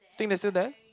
think they're still there